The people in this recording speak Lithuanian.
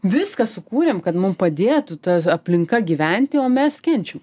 viską sukūrėm kad mum padėtų ta aplinka gyventi o mes kenčiam